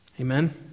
Amen